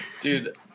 dude